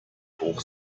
hoch